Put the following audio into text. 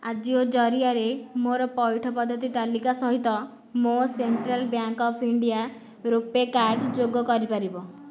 ଆଜିଓ ଜରିଆରେ ମୋ'ର ପଇଠ ପଦ୍ଧତି ତାଲିକା ସହିତ ମୋ' central bank of India RuPay card ଯୋଗ କରିପାରିବ